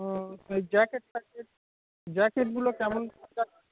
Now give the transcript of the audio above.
ও ওই jacket packet জ্যাকেটগুলো কেমন আছে